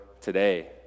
today